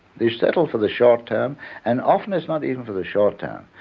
you settle for the short term and often it's not even for the short term.